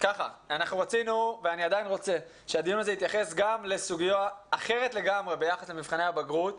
רצינו שהדיון הזה יתייחס לסוגיה אחרת לגמרי ביחס למבחני הבגרות.